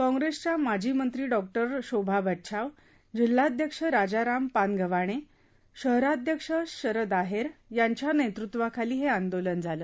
काँप्रेसच्या माजी मंत्री डॉ शोभा बच्छाव जिल्हाध्यक्ष राजाराम पानगव्हाणे शहराध्यक्ष शरद आहेर यांच्या नेतृत्वाखाली हे आंदोलन करण्यात आले